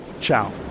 Ciao